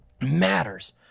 matters